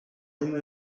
una